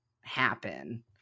happen